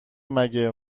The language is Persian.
مگه